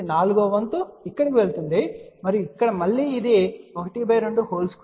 కాబట్టి నాల్గవ వంతు ఇక్కడకు వెళుతుంది మరియు ఇక్కడ మళ్ళీ ఇది 122